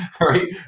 right